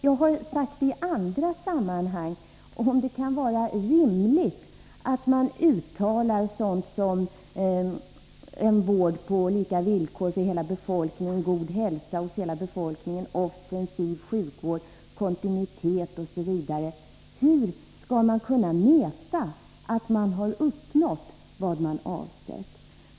Jag har frågat i andra sammanhang, om det kan vara rimligt att uttala sådant som en vård på lika villkor för hela befolkningen, god hälsa hos hela befolkningen, offensiv sjukvård, kontinuitet osv. Hur skall man kunna mäta att man har uppnått vad man avsett?